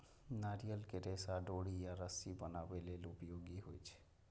नारियल के रेशा डोरी या रस्सी बनाबै लेल उपयोगी होइ छै